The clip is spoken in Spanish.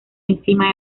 encima